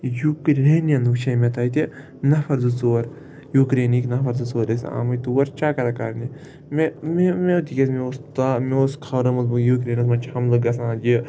Ukrainian وٕچھے مےٚ تَتہِ نَفر زٕ ژور یوٗکرینِٕکۍ نَفر زٕ ژور ٲسۍ آمٕتۍ تور چَکَر کَرنہِ مےٚ مےٚ مےٚ تِکیٛازِ مےٚ اوس تا مےٚ اوس خبرن منٛز بوٗزمُت بہٕ یوٗکریینَس منٛز چھِ حملہٕ گژھان یہِ